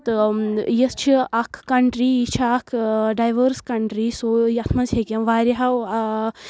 تہٕ یژھ چھِ اکھ کنٹری یہِ چھِ اکھ اۭں ڈیوٲرٕس کنٹری سُہ یتھ منٛز ہیٚکن واریاہو آ